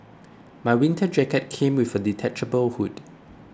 my winter jacket came with a detachable hood